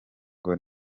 ngo